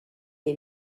est